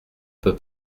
peu